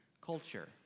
culture